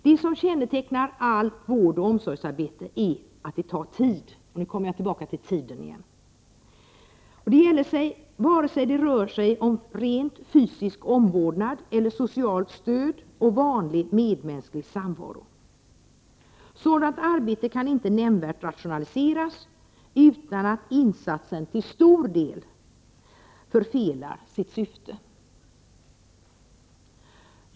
Det som kännetecknar allt vårdoch omsorgsarbete är att det tar tid — nu kommer jag tillbaka till tiden igen. Det gäller vare sig det rör sig om rent fysisk omvårdnad eller om socialt stöd eller vanlig medmänsklig samvaro. Sådant arbete kan inte nämnvärt rationaliseras utan att insatsen till stor del förfelar sitt syfte.